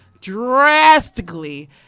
drastically